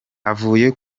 avuye